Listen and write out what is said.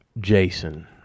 jason